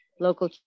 local